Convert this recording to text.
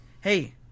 Hey